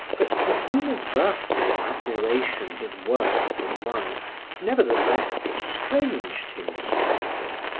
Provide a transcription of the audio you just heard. but the universal admiration his works had won nevertheless estranged him slightly.